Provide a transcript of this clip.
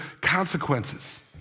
consequences